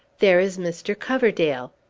there is mr. coverdale!